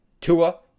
Tua